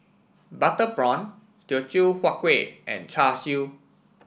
Butter Prawn Teochew Huat Kueh and Char Siu